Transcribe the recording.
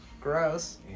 Gross